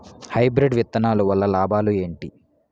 Hybrid విత్తనాలు వల్ల లాభాలు ఏంటి?